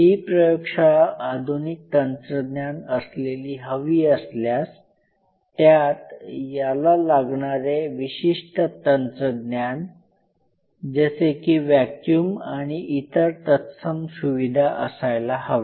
ही प्रयोगशाळा आधुनिक तंत्रज्ञान असलेली हवी असल्यास त्यात याला लागणारे विशिष्ट तंत्रज्ञान जसे की व्हॅक्युम आणि इतर तत्सम सुविधा असायला हव्या